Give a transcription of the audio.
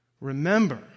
Remember